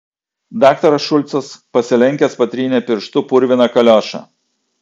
daktaras šulcas pasilenkęs patrynė pirštu purviną kaliošą